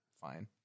Fine